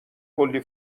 کلی